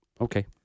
Okay